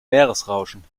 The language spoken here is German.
meeresrauschen